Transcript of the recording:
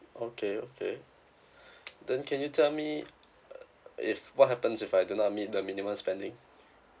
okay okay then can you tell me uh if what happens if I do not meet the minimum spending